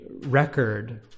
record